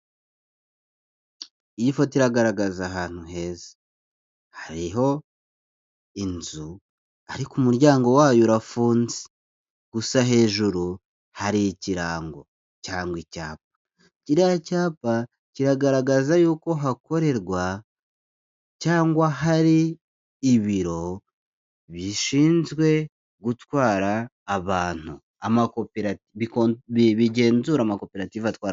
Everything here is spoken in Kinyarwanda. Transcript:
Iyi foto iragaragaza ahantu heza, hariho inzu ariko umuryango wayo urafunze, gusa hejuru hari ikirango cyangwa icyapa, kiriya cyapa kiragaragaza y'uko hakorerwa cyangwa hari ibiro bishinzwe gutwara abantu amakopera bigenzura amakoperative atwara abantu.